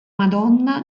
madonna